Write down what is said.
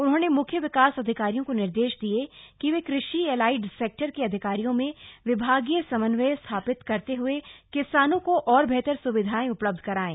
उन्होंने मुख्य विकास अधिकारियों को निर्देश दिये कि वे कृषि एलाइड सेक्टर के अधिकारियों में विभागीय समन्वय स्थापित करते हुए किसानों को और बेहतर स्विधाएं उपलब्ध करायें